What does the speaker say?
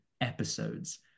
episodes